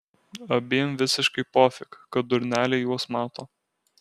abiem visiškai pofik kad durneliai juos mato